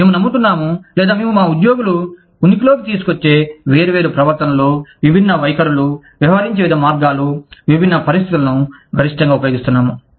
మేము నమ్ముతున్నాము లేదా మేము మా ఉద్యోగులు ఉనికిలోకి తీసుకు వచ్చే వేర్వేరు ప్రవర్తనలు విభిన్న వైఖరులు వ్యవహరించే వివిధ మార్గాలు విభిన్న పరిస్థితులను గరిష్టంగా ఉపయోగిస్తున్నాము